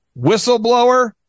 whistleblower